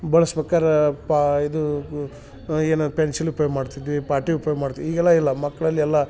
ಬಳ್ಸ್ಬೇಕರಾ ಪಾ ಇದು ಏನು ಪೆನ್ಶಿಲ್ಗೆ ಪೇ ಮಾಡ್ತಿದ್ವಿ ಪಾಟಿಗೆ ಪೇ ಮಾಡ್ತಿವಿ ಈಗೆಲ್ಲ ಇಲ್ಲ ಮಕ್ಕಳಲ್ಲಿ ಎಲ್ಲ